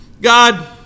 God